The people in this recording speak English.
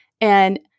And-